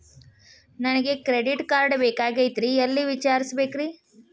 ನನಗೆ credit card ಬೇಕಾಗಿತ್ರಿ ಎಲ್ಲಿ ವಿಚಾರಿಸಬೇಕ್ರಿ?